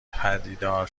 پدیدار